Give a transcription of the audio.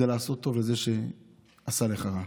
זה לעשות טוב לזה שעשה רע.